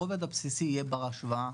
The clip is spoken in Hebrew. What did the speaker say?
הרובד הבסיסי יהיה בר השוואה,